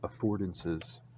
affordances